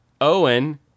owen